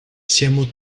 siamo